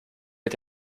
mit